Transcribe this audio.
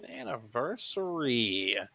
anniversary